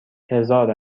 هزار